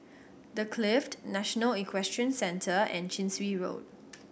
The Clift National Equestrian Centre and Chin Swee Road